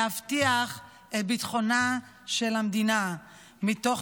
להבטיח את ביטחונה של המדינה מתוך